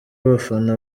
abafana